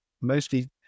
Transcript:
mostly